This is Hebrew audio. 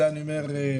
את זה אני אומר לך,